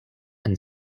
and